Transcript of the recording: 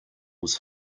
was